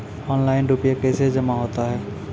Online रुपये कैसे जमा होता हैं?